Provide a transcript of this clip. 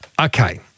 Okay